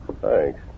Thanks